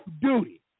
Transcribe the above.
duty